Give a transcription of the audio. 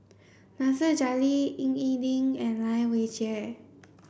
Nasir Jalil Ying E Ding and Lai Weijie